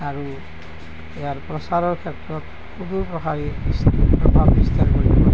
আৰু ইয়াৰ প্ৰচাৰৰ ক্ষেত্ৰত খুবেই প্ৰসাৰী বিস্তাৰ প্ৰভাৱ বিস্তাৰ কৰিব পাৰিব